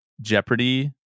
jeopardy